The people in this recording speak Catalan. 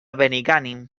benigànim